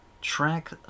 track